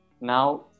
Now